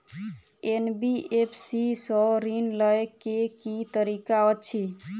NBFC सँ ऋण लय केँ की तरीका अछि?